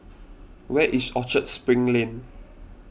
where is Orchard Spring Lane